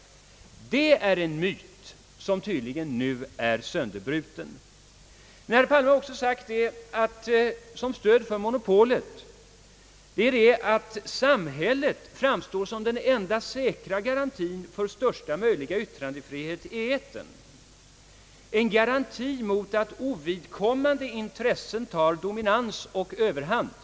Det är en myt som nu är sönderbruten. Herr Palme har också sagt att han som stöd för monopolet kan åberopa den omständigheten, att samhället framstår som den enda säkra garantien för största möjliga yttrandefrihet i etern, en garanti mot att ovidkommande intressen får dominans och tar överhanden.